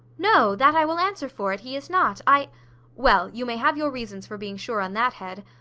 no that i will answer for it he is not. i well, you may have your reasons for being sure on that head.